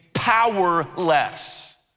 Powerless